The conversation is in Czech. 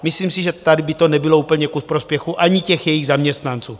Myslím si, že tady by to nebylo úplně ku prospěchu ani těch jejich zaměstnanců.